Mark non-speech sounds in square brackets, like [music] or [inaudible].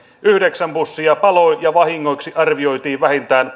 yhdeksän bussia paloi ja vahingoiksi arvioitiin vähintään [unintelligible]